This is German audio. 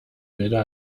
wilder